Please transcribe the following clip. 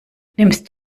nimmst